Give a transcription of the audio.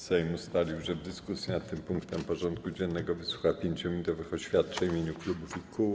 Sejm ustalił, że w dyskusji nad tym punktem porządku dziennego wysłucha 5-minutowych oświadczeń w imieniu klubów i kół.